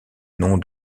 nom